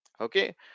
okay